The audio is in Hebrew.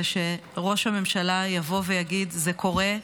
זה שראש הממשלה יבוא ויגיד: זה קורה,